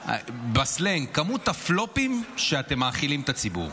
בסלנג, זה כמות הפלופים שאתם מאכילים את הציבור,